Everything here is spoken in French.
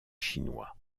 chinois